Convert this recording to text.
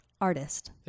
artist